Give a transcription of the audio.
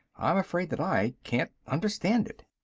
i'm afraid that i can't. understand it.